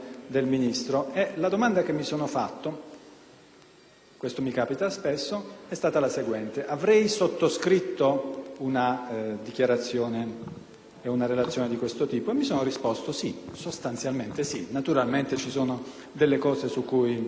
questo mi capita spesso - è stata la seguente. Avrei sottoscritto una dichiarazione e una relazione di questo tipo? Mi sono risposto: sì, sostanzialmente sì. Naturalmente ci sono delle cose su cui non sono d'accordo. Ci sono alcuni